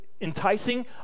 enticing